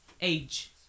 age